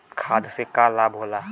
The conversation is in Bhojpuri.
खाद्य से का लाभ होला?